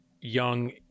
young